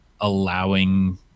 allowing